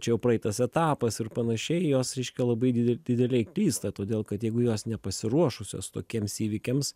čia jau praeitas etapas ir panašiai jos reiškia labai didelį dideliai klysta todėl kad jeigu jos nepasiruošusios tokiems įvykiams